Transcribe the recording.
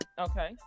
Okay